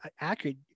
accurate